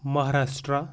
Maharashtra